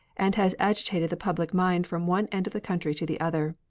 and has agitated the public mind from one end of the country to the other.